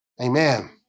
Amen